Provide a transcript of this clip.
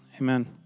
Amen